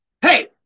Hey